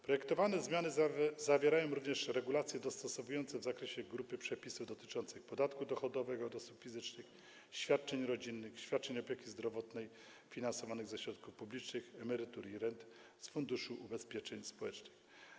Projektowane zmiany zawierają również regulacje dostosowujące w zakresie grupy przepisów dotyczących podatku dochodowego od osób fizycznych, świadczeń rodzinnych, świadczeń opieki zdrowotnej finansowanych ze środków publicznych, emerytur i rent z Funduszu Ubezpieczeń Społecznych.